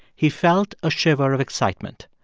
he felt a shiver of excitement.